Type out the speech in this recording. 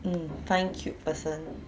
mm find cute person